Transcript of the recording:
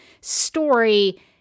story